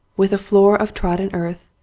with a floor of trodden earth,